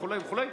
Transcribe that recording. וכו' וכו',